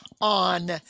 on